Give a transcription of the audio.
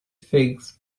figs